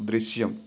ദൃശ്യം